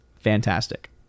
fantastic